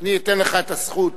אני אתן לך את הזכות